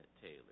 Taylor